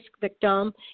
victim